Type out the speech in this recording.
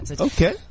Okay